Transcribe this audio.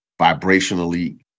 vibrationally